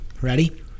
Ready